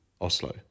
Oslo